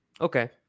Okay